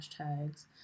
hashtags